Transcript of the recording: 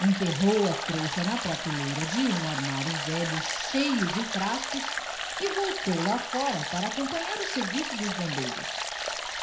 enterrou a trouxa na prateleira de um armário velho cheio de frascos e voltou lá fora para acompanhar o serviço dos bombeiros